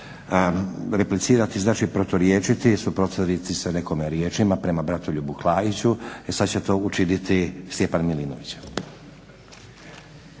Replicirati znači proturječiti, suprotstaviti se nekome riječima prema Bratoljubu Klaiću. E sad će to učiniti Stjepan Milinković.